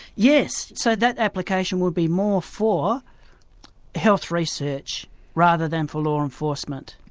yes, so that application would be more for health research rather than for law enforcement.